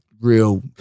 real